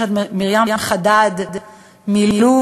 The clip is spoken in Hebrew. יש את מרים חדד מלוב,